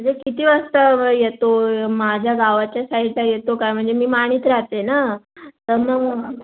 म्हणजे किती वाजता येतो माझ्या गावाच्या साईडला येतो काय म्हणजे मी माणीत राहते ना तर मग